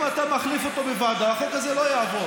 אם אתה מחליף אותו בוועדה, החוק הזה לא יעבור.